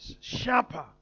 sharper